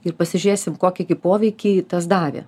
ir pasižiūrėsim kokį gi poveikį tas davė